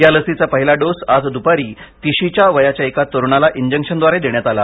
या लसीचा पहिला डोस आज दुपारी तिशीच्या वयाच्या एका तरुणाला इंजेक्शनद्वारे देण्यात आला